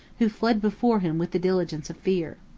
who fled before him with the diligence of fear.